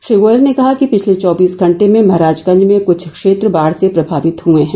श्री गोयल ने कहा कि पिछले चौबीस घंटे में महाराजगंज में कुछ क्षेत्र बाढ़ से प्रभावित हुए हैं